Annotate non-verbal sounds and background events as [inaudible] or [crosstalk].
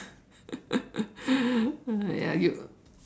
ah [laughs] !aiya!